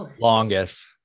longest